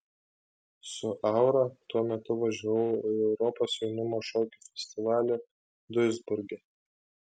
su aura tuo metu važiavau į europos jaunimo šokių festivalį duisburge